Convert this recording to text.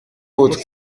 votre